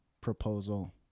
proposal